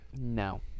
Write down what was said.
No